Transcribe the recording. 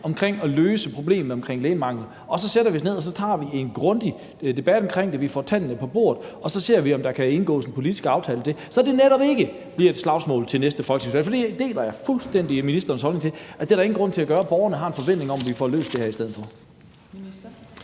om at løse problemet om lægemangel, og så sætter vi os ned og tager en grundig debat om det, vi får tallene på bordet, og så ser vi, om der kan indgås en politisk aftale, så det netop ikke bliver et slagsmål til næste folketingsvalg. Jeg deler fuldstændig ministerens holdning til, at det er der ingen grund til at gøre, for borgerne har en forventning om, at vi får løst det her i stedet for.